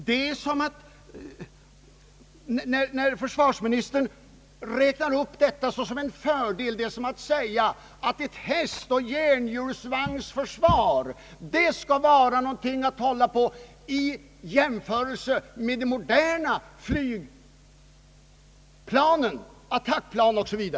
När försvarsministern räknar upp dessa brister såsom en fördel, är det som om ett hästoch järnhjulsvagnsutrustat försvar skulle vara något att hålla sig till i jämförelse med modernt utrustade krigsmakter som förfogar över attackplan o. s. Vv.